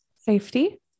Safety